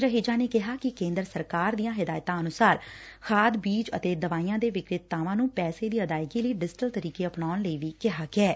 ਰਹੇਜਾ ਨੇ ਕਿਹਾ ਕਿ ਕੇਂਦਰ ਸਰਕਾਰ ਦੀਆਂ ਹਦਾਇਤਾਂ ਅਨੁਸਾਰ ਖਾਦ ਬੀਜ ਅਤੇ ਦਵਾਈਆਂ ਦੇ ਵਿਕਰੇਤਾਵਾਂ ਨੂੰ ਪੈਸੇ ਦੀ ਅਦਾਇਗੀ ਲਈ ਡਿਜੀਟਲ ਤਰੀਕੇ ਅਪਣਾਉਣ ਲਈ ਵੀ ਕਿਹਾ ਗਿਐ